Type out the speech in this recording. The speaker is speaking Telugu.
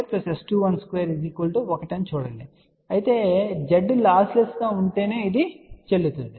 ఇది S211 S2211అని చూడండి అయితే Z లాస్లెస్గా ఉంటేనే ఇది చెల్లుతుంది